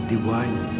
Divine